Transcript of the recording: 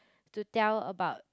to tell about